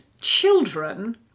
children